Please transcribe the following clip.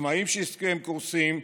עצמאים שעסקיהם קורסים,